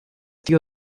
tío